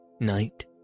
night